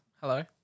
Hello